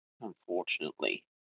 unfortunately